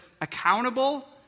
accountable